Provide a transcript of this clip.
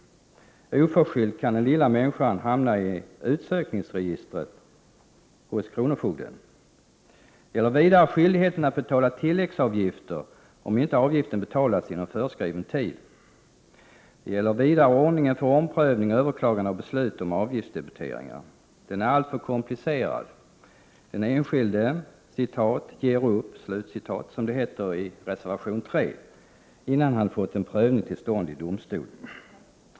Oförskyllt kan den lilla människan hamna i utsökningsregistret hos kronofogden. Det gäller vidare skyldigheten att betala tilläggsavgifter om inte avgiften betalats inom föreskriven tid. Det gäller också ordningen för omprövning och överklagande av avgiftsdebiteringar. Den är alltför komplicerad. Den enskilda ”ger upp”, som det heter i reservation 3, innan han fått en prövning till stånd i domstol.